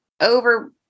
over